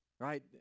Right